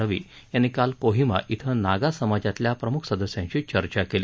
रवी यांनी काल कोहीमा इथं नागा समाजातल्या प्रमुख सदस्यांशी चर्चा केली